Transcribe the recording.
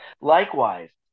Likewise